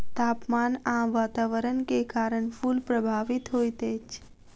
तापमान आ वातावरण के कारण फूल प्रभावित होइत अछि